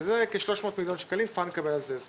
זה כ-300 מיליון שקלים כבר נקבל על זה הסברים.